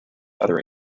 other